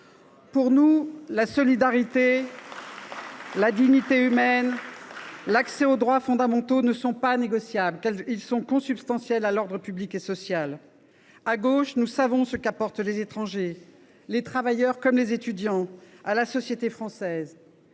Pour nous, la solidarité, la dignité humaine et l’accès aux droits fondamentaux ne sont pas négociables : ils sont consubstantiels à l’ordre public et social. À gauche, nous savons ce qu’apportent les étrangers, les travailleurs comme les étudiants, à la société française.